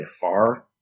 far